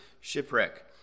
shipwreck